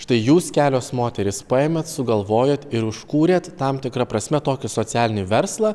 štai jūs kelios moterys paėmėt sugalvojot ir užkūrėt tam tikra prasme tokį socialinį verslą